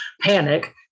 Panic